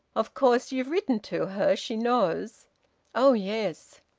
of course you've written to her. she knows oh yes!